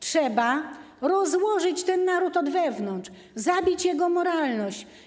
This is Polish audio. Trzeba rozłożyć ten naród od wewnątrz, zabić jego moralność.